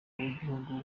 w’igihugu